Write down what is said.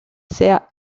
sea